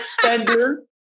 Fender